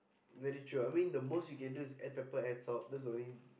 very true I mean the most you can do is add pepper add salt that's the only